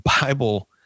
Bible